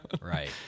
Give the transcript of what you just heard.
right